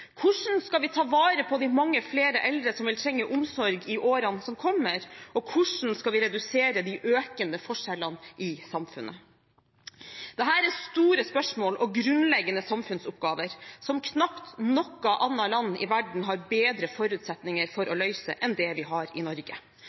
Hvordan skal vi ta vare på de mange flere eldre som vil trenge omsorg i årene som kommer, og hvordan skal vi redusere de økende forskjellene i samfunnet? Dette er store spørsmål og grunnleggende samfunnsoppgaver som knapt noe annet land i verden har bedre forutsetninger for å løse enn Norge. Vi har